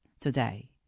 today